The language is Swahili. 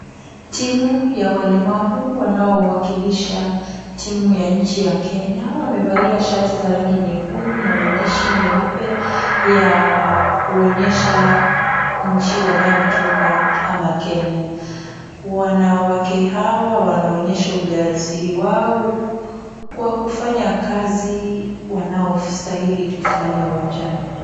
Timu ya walemavu wanaowakilisha timu ya nchi ya Kenya. Wamevalia shati za rangi nyekundu na maandishi nyeupe, ya kuonyesha nchi wanayotoka ama Kenya. Wanawake hawa wanaonyesha ujasiri wao, kwa kufanya kazi wanaostahili kufanya uwanjani.